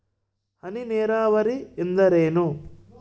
ಹನಿ ನೇರಾವರಿ ಎಂದರೇನು?